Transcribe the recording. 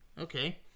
Okay